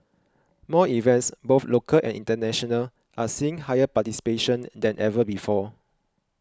more events both local and international are seeing higher participation than ever before